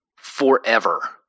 Forever